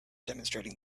demonstrating